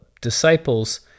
disciples